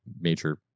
major